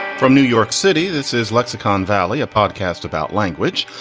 from new york city, this is lexicon valley, a podcast about language.